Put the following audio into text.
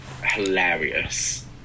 hilarious